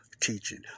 teaching